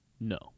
No